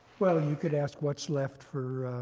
well, you could ask, what's left for